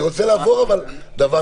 אני רוצה לעבור דבר-דבר.